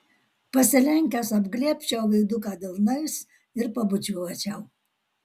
pasilenkęs apglėbčiau veiduką delnais ir pabučiuočiau